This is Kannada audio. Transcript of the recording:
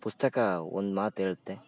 ಪುಸ್ತಕ ಒಂದು ಮಾತು ಹೇಳ್ತೆ